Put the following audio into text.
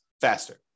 faster